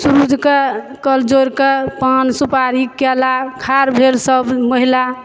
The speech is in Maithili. सुरुज के कल जोरि के पान सुपारी केला ठाड़ भेल सब महिला